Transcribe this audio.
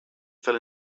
fell